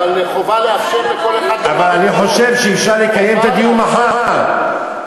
אבל חובה לאפשר לכל אחד לומר את דברו.